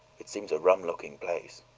it seems a rum-looking place.